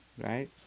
right